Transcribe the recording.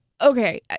okay